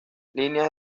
líneas